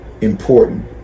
important